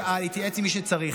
שאל והתייעץ עם מי שצריך: